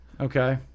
Okay